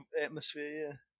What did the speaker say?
atmosphere